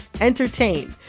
entertain